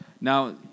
Now